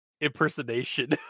impersonation